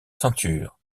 ceinture